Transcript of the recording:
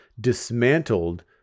dismantled